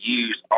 use